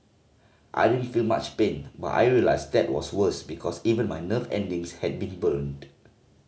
I didn't feel much pain but I realised that was worse because even my nerve endings had been burned